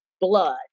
blood